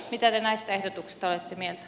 arvoisa herra puhemies